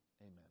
Amen